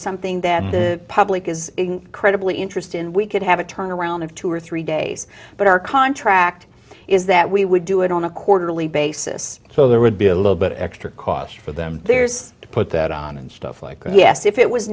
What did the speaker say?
something that the public is incredibly interested in we could have a turnaround of two or three days but our contract is that we would do it on a quarterly basis so there would be a little bit extra cost for them there's to put that on and stuff like yes if it was